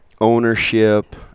ownership